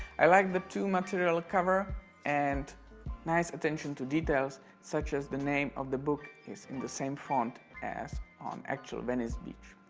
i like the two material cover and nice attention to details such as the name of the book is in the same font as on actual venice beach.